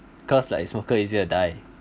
cause like smoker easier to die